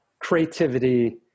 creativity